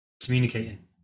communicating